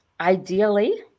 ideally